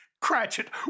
Cratchit